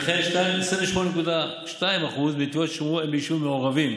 וכן 28.2% תביעות שולמו ביישובים מעורבים.